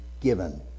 given